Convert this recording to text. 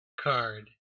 card